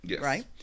right